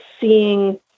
seeing